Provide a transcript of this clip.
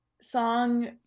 song